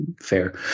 fair